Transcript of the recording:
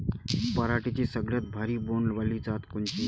पराटीची सगळ्यात भारी बोंड वाली जात कोनची?